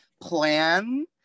plan